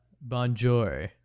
Bonjour